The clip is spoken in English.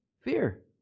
Fear